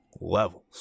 levels